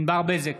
ענבר בזק,